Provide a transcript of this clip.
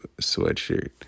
sweatshirt